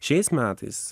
šiais metais